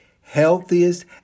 healthiest